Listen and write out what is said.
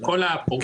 לכל הפורשים,